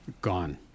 Gone